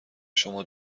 شما